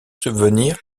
subvenir